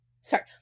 Sorry